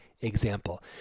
example